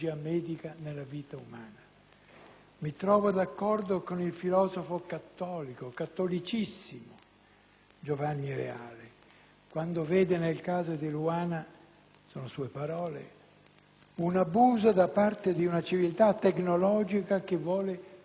Mi trovo d'accordo con il filosofo cattolico, cattolicissimo, Giovanni Reale, quando vede nel caso di Eluana ‑ sono sue parole ‑ un abuso da parte di una civiltà tecnologica che vuole sostituirsi alla natura.